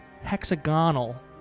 hexagonal